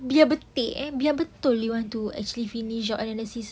biar betik biar betul you want to actually finish your analysis